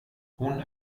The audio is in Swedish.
hon